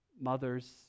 Mothers